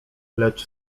lecz